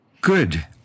Good